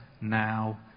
now